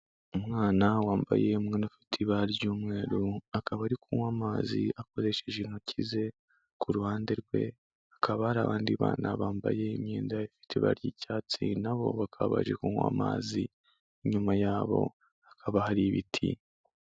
Umwana wambaye umwenda ufite ibara ry'umweru, akaba ari kunywa amazi akoresheje intoki ze, ku ruhande rwe hakaba hari abandi bana bambaye imyenda ifite ibara ry'icyatsi na bo bakaba baje kunywa amazi, inyuma yabo hakaba hari ibiti.